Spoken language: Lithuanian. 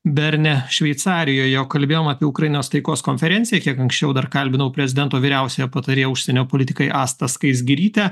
berne šveicarijoje o kalbėjom apie ukrainos taikos konferenciją kiek anksčiau dar kalbinau prezidento vyriausiąją patarėją užsienio politikai astą skaisgirytę